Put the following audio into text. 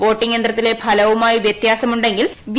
voting യന്ത്രത്തിലെ ഫലവുമായി വ്യത്യാസമുണ്ടെങ്കിൽ വി